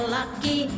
lucky